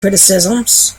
criticisms